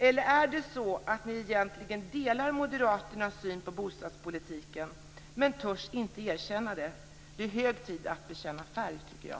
Eller delar ni egentligen Moderaternas syn på bostadspolitiken men inte törs erkänna det? Det är hög tid att bekänna färg.